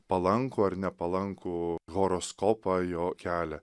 palankų ar nepalankų horoskopą jo kelia